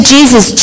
Jesus